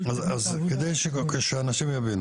אז כדי שאנשים יבינו